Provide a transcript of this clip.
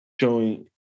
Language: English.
showing